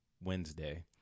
Wednesday